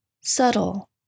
subtle